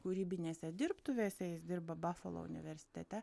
kūrybinėse dirbtuvėse jis dirba bafalo universitete